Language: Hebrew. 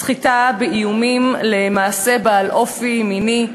סחיטה באיומים למעשה בעל אופי מיני,